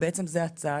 ובעצם זה הצעד.